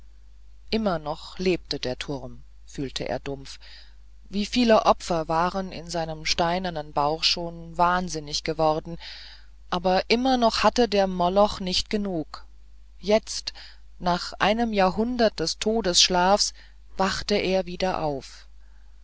immer noch lebte der turm fühlte er dumpf wie viele opfer waren in seinem steinernen bauch schon wahnsinnig geworden aber immer noch hatte der moloch nicht genug jetzt nach einem jahrhundert des todesschlafs wachte er wieder auf